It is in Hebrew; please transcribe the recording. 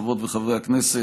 חברות וחברי הכנסת,